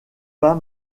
pas